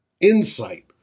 insight